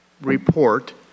report